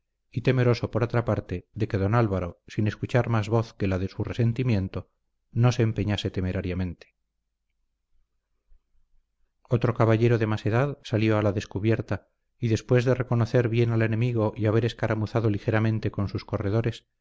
y temeroso por otra parte de que don álvaro sin escuchar más voz que la de su resentimiento no se empeñase temerariamente otro caballero de más edad salió a la descubierta y después de reconocer bien al enemigo y haber escaramuzado ligeramente con sus corredores